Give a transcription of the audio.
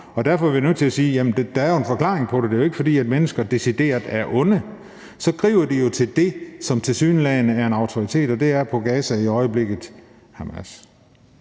derfor er vi nødt til at sige, at der er en forklaring på det; det er jo ikke, fordi mennesker decideret er onde. Så griber de jo til det, som tilsyneladende er en autoritet, og i Gaza er det i øjeblikket Hamas.